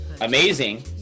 amazing